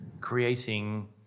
creating